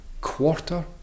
quarter